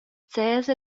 sesa